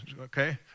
Okay